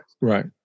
Right